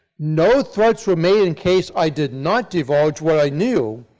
no threats were made in case i did not divulge what i knew,